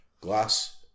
Glass